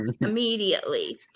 immediately